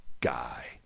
guy